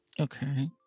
Okay